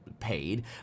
paid